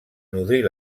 nodrir